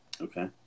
Okay